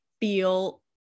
feel